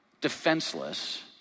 defenseless